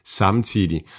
samtidig